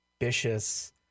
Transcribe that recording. ambitious